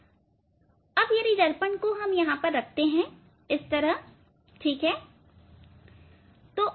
अब यदि हम दर्पण को यहां रखते हैं ठीक है